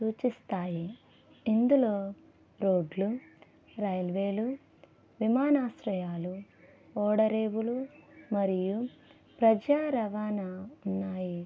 సూచిస్తాయి ఇందులో రోడ్లు రైల్వేలు విమానాశ్రయాలు ఓడరేవులు మరియు ప్రజా రవాణా ఉన్నాయి